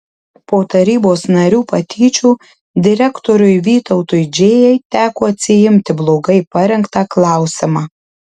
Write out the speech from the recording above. po tarybos narių patyčių direktoriui vytautui džėjai teko atsiimti blogai parengtą klausimą